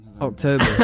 October